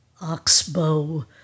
Oxbow